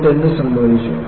എന്നിട്ട് എന്ത് സംഭവിച്ചു